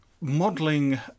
modeling